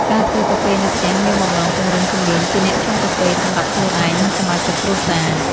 ការធ្វើកាហ្វេនៅផ្ទះមានបំណងពង្រឹងជំនាញជាអ្នកឆុងកាហ្វេ សម្រាប់ខ្លួនឯង និងសមាជិកគ្រួសារ។